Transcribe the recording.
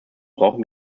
brauchen